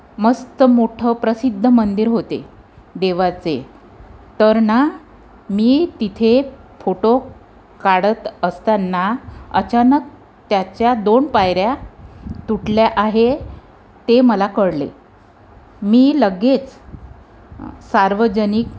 मस्त मोठं प्रसिद्ध मंदिर होते देवाचे तर ना मी तिथे फोटो काढत असताना अचानक त्याच्या दोन पायऱ्या तुटल्या आहे ते मला कळले मी लगेच सार्वजनिक